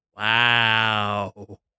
Wow